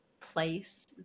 place